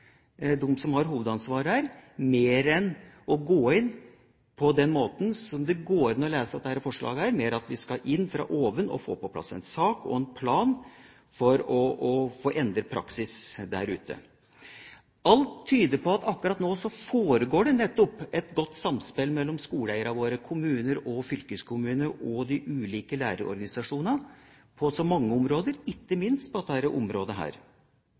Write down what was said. dem som har hovedansvaret her, mer, mer enn å gå inn på den måten som det går an å lese av dette forslaget, at vi skal inn fra oven og få på plass en sak og en plan for å få endret praksis der ute. Alt tyder på at akkurat nå foregår det et godt samspill mellom skoleeierne våre – kommuner og fylkeskommuner – og de ulike lærerorganisasjonene på så mange områder, ikke minst på dette området. Det som er